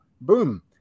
boom